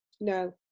No